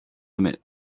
omit